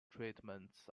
treatments